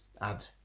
add